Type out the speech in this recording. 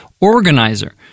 organizer